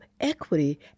equity